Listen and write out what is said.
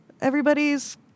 everybody's